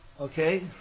Okay